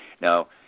Now